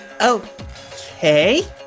okay